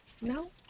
no